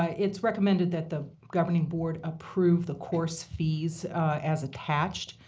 ah it's recommended that the governing board approve the course fees as attached.